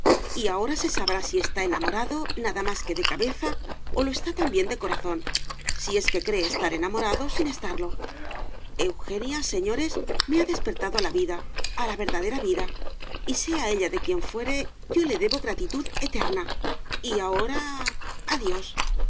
y ahora se sabrá si está enamorado nada más que de cabeza o lo está también de corazón si es que cree estar enamorado sin estarlo eugenia señores me ha despertado a la vida a la verdadera vida y sea ella de quien fuere yo le debo gratitud eterna y ahora adiós